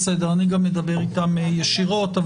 בסדר אני גם אדבר איתם ישירות.